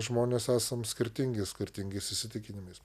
žmonės esam skirtingi skirtingais įsitikinimais